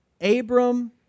Abram